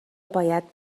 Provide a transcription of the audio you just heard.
باید